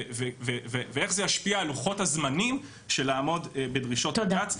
ואיך זה ישפיע על לוחות הזמנים של לעמוד בדרישות בג"ץ.